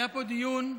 היה פה דיון ארוך,